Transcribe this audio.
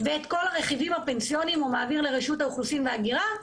ואת כל הרכיבים הפנסיוניים הוא מעביר לרשות האוכלוסין וההגירה,